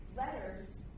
Letters